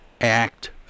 Act